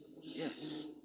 Yes